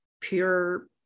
pure